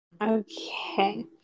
Okay